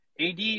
AD